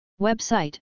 Website